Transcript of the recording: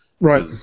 Right